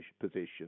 position